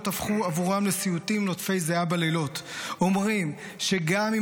הפכו עבורם לסיוטים נוטפי זיעה בלילות אומרים שגם אם